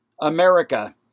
America